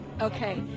Okay